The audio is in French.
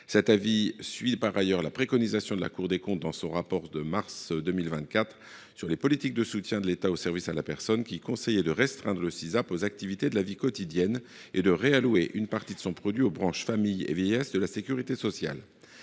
Nous suivons en cela la préconisation de la Cour des comptes figurant dans le rapport de mars 2024 sur le soutien de l’État aux services à la personne, qui conseillait de restreindre ce crédit d’impôt aux activités de la vie quotidienne et de réallouer une partie de son produit aux branches famille et vieillesse de la sécurité sociale.